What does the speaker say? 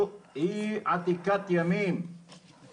היא קיבלה החלטות לעספיא ודליה בלבד או שגם לאחרים?